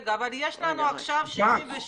אבל יש לנו עכשיו 67%?